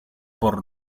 por